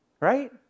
Right